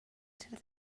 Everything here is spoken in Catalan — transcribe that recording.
cert